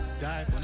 die